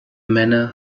manner